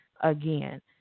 again